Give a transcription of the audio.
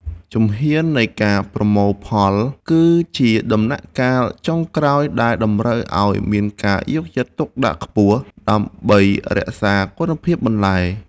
ជំហាននៃការប្រមូលផលគឺជាដំណាក់កាលចុងក្រោយដែលតម្រូវឱ្យមានការយកចិត្តទុកដាក់ខ្ពស់ ដើម្បីរក្សាគុណភាពបន្លែ។